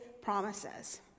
promises